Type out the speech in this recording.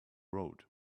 road